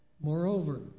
Moreover